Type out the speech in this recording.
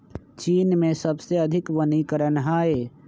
चीन में सबसे अधिक वनीकरण हई